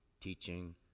teaching